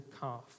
calf